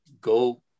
go